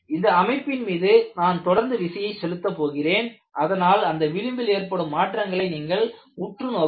இந்த அமைப்பின் மீது நான் தொடர்ந்து விசையை செலுத்தப் போகிறேன் அதனால் அந்த விளிம்பில் ஏற்படும் மாற்றங்களை நீங்கள் உற்று நோக்குங்கள்